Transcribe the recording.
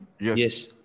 Yes